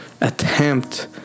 attempt